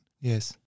Yes